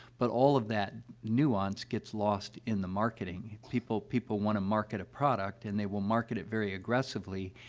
but all of that nuance gets lost in the marketing. people people want to market a product, and they will market it very aggressively,